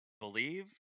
believe